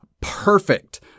perfect